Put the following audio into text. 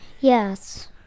Yes